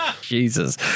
Jesus